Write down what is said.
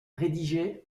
rédigés